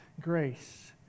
grace